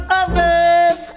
others